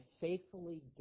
faithfully